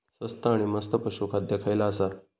स्वस्त आणि मस्त पशू खाद्य खयला आसा?